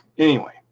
anyway,